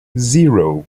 zero